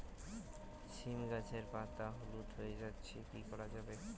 সীম গাছের পাতা হলুদ হয়ে যাচ্ছে কি করা যাবে?